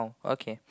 okay